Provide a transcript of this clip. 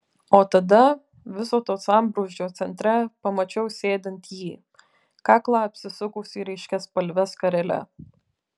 o tada viso to sambrūzdžio centre pamačiau sėdint jį kaklą apsisukusį ryškiaspalve skarele